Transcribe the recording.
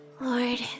Lord